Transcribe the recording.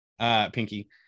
Pinky